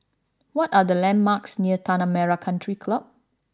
what are the landmarks near Tanah Merah Country Club